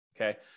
okay